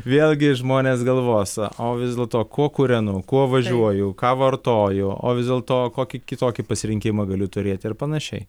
vėlgi žmonės galvos o vis dėlto kuo kūrenu kuo važiuoju ką vartoju o vis dėlto kokį kitokį pasirinkimą galiu turėti ir panašiai